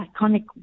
iconic